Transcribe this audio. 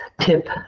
tip